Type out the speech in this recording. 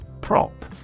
Prop